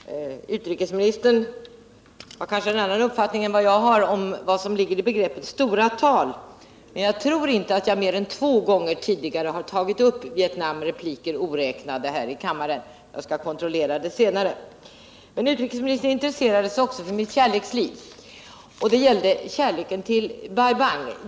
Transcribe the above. Herr talman! Utrikesministern har kanske en annan uppfattning än jag om vad som ligger i begreppet stora tal. Jag tror inte att jag mer än två gånger tidigare har tagit upp Vietnam här i kammaren, repliker oräknade. Men jag skall kontrollera det senare. Utrikesministern intresserade sig också för mina känslor. Det gällde min kärlek till Bai Bang.